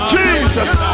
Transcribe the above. Jesus